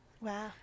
Wow